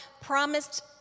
promised